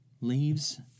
leaves